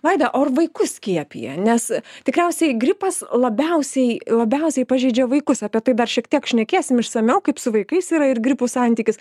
vaida o ar vaikus skiepija nes tikriausiai gripas labiausiai labiausiai pažeidžia vaikus apie tai dar šiek tiek šnekėsim išsamiau kaip su vaikais yra ir gripu santykis